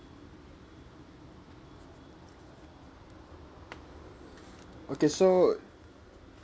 okay so